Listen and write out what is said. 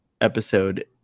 episode